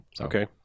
Okay